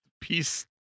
peace